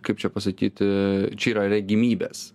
kaip čia pasakyti čia yra regimybės